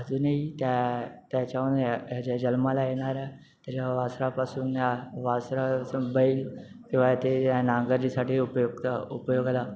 अजूनही त्याच्यावर याच्या जल्माला येणाऱ्या त्याच्या वासरापासून या वासरासून बैल किंवा ते नांगसाठी उपयुक्त उपयोगाला